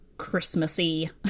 Christmassy